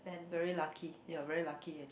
very lucky you are very lucky actua~